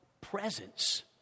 presence